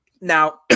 Now